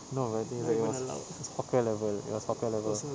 no but I think it was it's fucker level it was fucker level